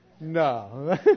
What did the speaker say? No